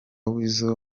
weasal